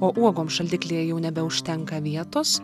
o uogoms šaldiklyje jau nebeužtenka vietos